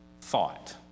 thought